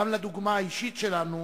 גם לדוגמה האישית שלנו,